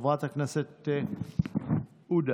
חבר הכנסת עודה.